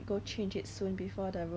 some things inside the